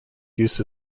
used